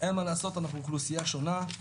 אין מה לעשות, אנחנו אוכלוסייה שונה.